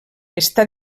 està